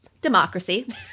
Democracy